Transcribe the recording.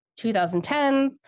2010s